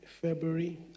February